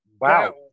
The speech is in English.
Wow